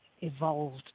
evolved